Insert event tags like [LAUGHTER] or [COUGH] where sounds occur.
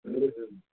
[UNINTELLIGIBLE]